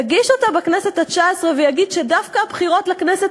יגיש אותה בכנסת התשע-עשרה ויגיד שדווקא הבחירות לכנסת